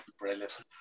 Brilliant